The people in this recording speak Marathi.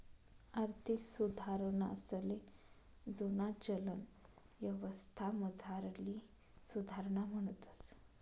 आर्थिक सुधारणासले जुना चलन यवस्थामझारली सुधारणा म्हणतंस